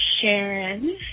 Sharon